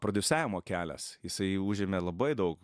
prodiusavimo kelias jisai užėmė labai daug